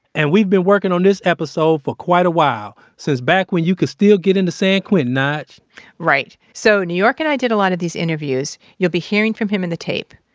and we've been working on this episode for quite a while, since back when you could still get into san quentin, nyge right. so new york and i did a lot of these interviews. you'll be hearing from him in the tape.